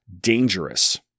dangerous